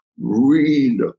read